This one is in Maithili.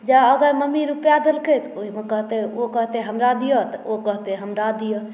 जँ अगर मम्मी रुपैआ देलकै तऽ ओहिमे कहतै ओ कहतै हमरा दिअ तऽ ओ कहतै हमरा दिअ